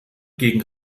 gegen